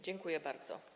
Dziękuję bardzo.